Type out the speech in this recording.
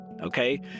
Okay